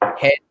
head